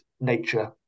nature